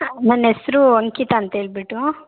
ನನ್ನ ಹೆಸ್ರು ಅಂಕಿತಾ ಅಂತ ಹೇಳಿಬಿಟ್ಟು